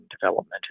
development